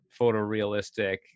photorealistic